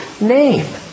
name